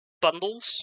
bundles